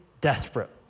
Desperate